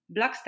Blockstack